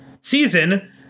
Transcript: season